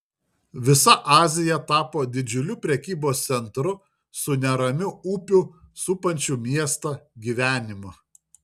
visa azija tapo didžiuliu prekybos centru su neramiu upių supančių miestą gyvenimu